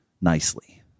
nicely